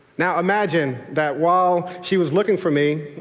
now imagine that while she was looking for me,